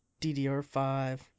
DDR5